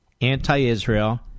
anti-Israel